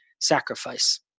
sacrifice